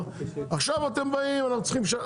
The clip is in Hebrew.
עכשיו אתם באים אנחנו צריכים שנה,